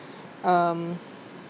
um